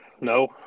No